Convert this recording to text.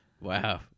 Wow